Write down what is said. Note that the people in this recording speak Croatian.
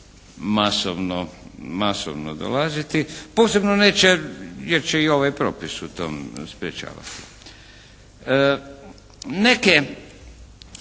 masovno dolaziti. Posebno neće jer će ih ovaj propis u tom sprječavati. Neke